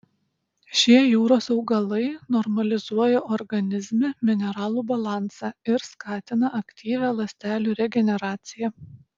šie jūros augalai normalizuoja organizme mineralų balansą ir skatina aktyvią ląstelių regeneraciją